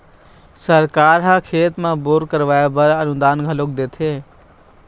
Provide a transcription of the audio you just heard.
सरकार ह खेत म बोर करवाय बर अनुदान घलोक देथे